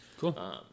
cool